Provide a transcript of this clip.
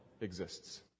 exists